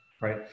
right